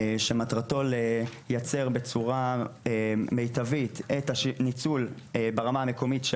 שמטרתו לייצר בצורה מיטבית ניצול ברמה המקומית של